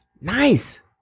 Nice